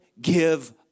give